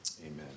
amen